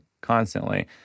constantly